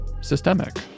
systemic